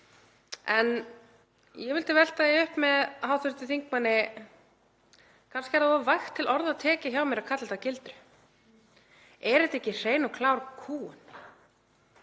er. Ég vildi velta því upp með hv. þingmanni að kannski er það of vægt til orða tekið hjá mér að kalla þetta gildru. Er þetta ekki hrein og klár kúgun?